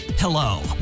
Hello